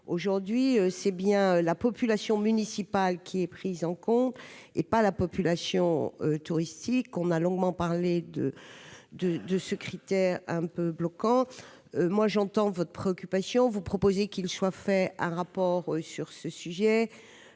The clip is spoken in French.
aujourd'hui, c'est bien la population municipale qui est prise en compte et pas la population touristique, on a longuement parlé de de de ce critère, un peu bloquant moi j'entends votre préoccupation, vous proposez qu'il soit fait un rapport sur ce sujet,